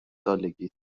سالگیت